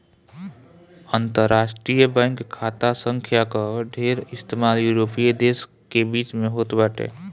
अंतरराष्ट्रीय बैंक खाता संख्या कअ ढेर इस्तेमाल यूरोपीय देस के बीच में होत बाटे